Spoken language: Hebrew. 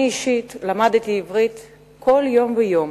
אני אישית למדתי עברית כל יום ויום.